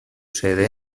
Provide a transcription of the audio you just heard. sede